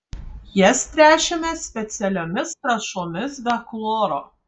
jas tręšiame specialiomis trąšomis be chloro